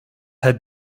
had